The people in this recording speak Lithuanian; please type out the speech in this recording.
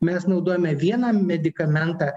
mes naudojame vieną medikamentą